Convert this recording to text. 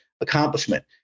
accomplishment